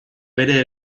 bere